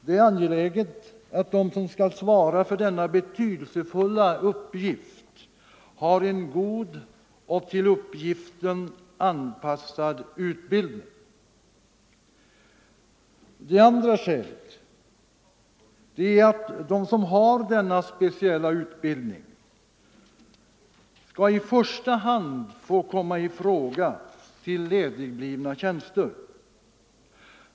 Det är angeläget att de som skall svara för denna betydelsefulla uppgift har en god och till uppgiften anpassad utbildning. Det andra skälet är att de som har denna speciella utbildning skall i första hand komma i fråga till ledigblivna tjänster.